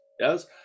yes